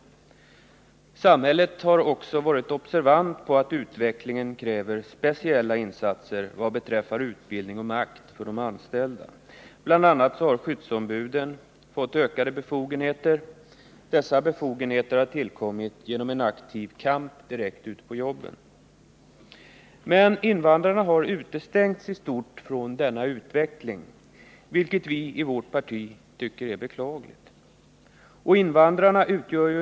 Samhället har också observerat att utvecklingen kräver speciella insatser vad beträffar utbildning och makt för de anställda. Bl. a. har skyddsombuden fått ökade befogenheter. Dessa har tillkommit genom en aktiv kamp ute på jobben. Invandrarna har i stort sett utestängts från denna utveckling, vilket vi i vårt parti tycker är beklagligt.